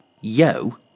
Yo